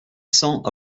cents